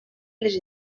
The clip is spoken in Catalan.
les